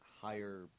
higher